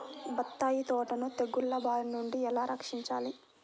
బత్తాయి తోటను తెగులు బారి నుండి ఎలా రక్షించాలి?